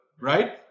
right